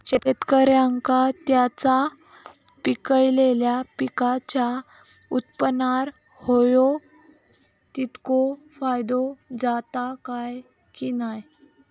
शेतकऱ्यांका त्यांचा पिकयलेल्या पीकांच्या उत्पन्नार होयो तितको फायदो जाता काय की नाय?